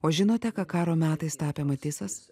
o žinote ką karo metais tapė matisas